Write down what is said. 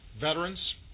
Veterans